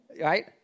Right